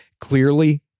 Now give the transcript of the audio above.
Clearly